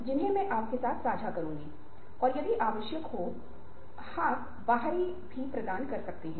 इसलिए मैं कौशल विकसित करने के लिए इन दो विचारों पर ध्यान केंद्रित कर रहा हूं